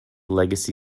legacy